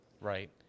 right